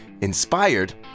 inspired